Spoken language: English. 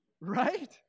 Right